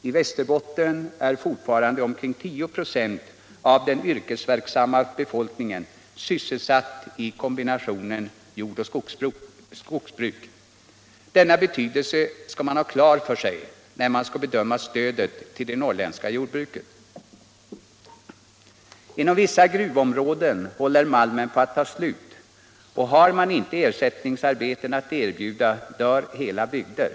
I Väster Torsdagen den botten är fortfarande omkring 10 26 av den yrkesverksamma befolkningen 16 december 1976 sysselsatt i kombinationen jord och skogsbruk. Detta förhållande bör man ha klart för sig, när man skall bedöma stödet till det norrländska jordbruket. Samordnad Inom vissa gruvområden håller malmen på att ta slut, och om man inte = sysselsättnings och har ersättningsarbete att erbjuda dör hela bygder.